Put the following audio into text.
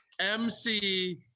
MC